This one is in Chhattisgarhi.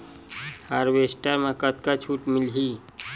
हारवेस्टर म कतका छूट मिलही?